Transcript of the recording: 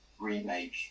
remake